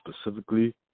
specifically